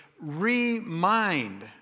remind